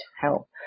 help